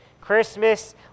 Christmas